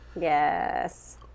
Yes